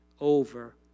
over